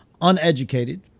uneducated